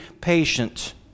patient